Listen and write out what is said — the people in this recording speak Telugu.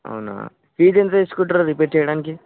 అవునా ఫీజు ఎంత తీసుకుంటారు రిపేర్ చేయడానికి